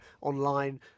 online